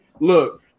Look